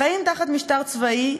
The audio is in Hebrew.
חיים תחת משטר צבאי,